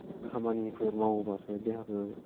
खामानिफोर मावोबासो देहाखौ